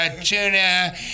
tuna